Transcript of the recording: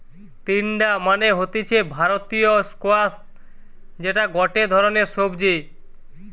তিনডা মানে হতিছে ভারতীয় স্কোয়াশ যেটা গটে ধরণের সবজি